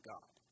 God